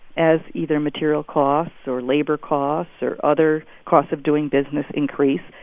as either material costs or labor costs or other costs of doing business increase,